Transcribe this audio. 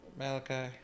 Malachi